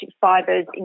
fibers